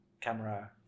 camera